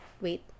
Wait